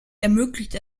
ermöglicht